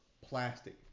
plastic